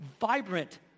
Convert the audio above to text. vibrant